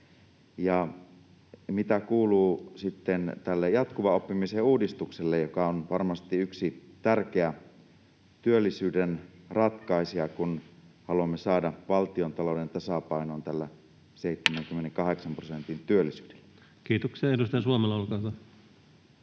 mitä kuuluu tälle jatkuvan oppimisen uudistukselle, joka on varmasti yksi tärkeä työllisyyden ratkaisija, kun haluamme saada valtiontalouden tasapainoon 78 prosentin työllisyydellä? [Speech 260] Speaker: